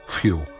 fuel